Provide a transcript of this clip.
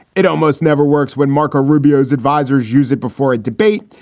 it almost never works when marco rubio's advisers use it before a debate.